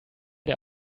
der